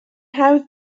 hawdd